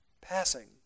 passing